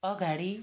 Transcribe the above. अगाडि